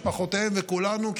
משפחותיהם וכולנו,